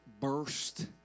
burst